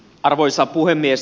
arvoisa puhemies